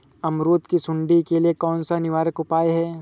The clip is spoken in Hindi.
अमरूद की सुंडी के लिए कौन सा निवारक उपाय है?